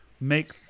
Make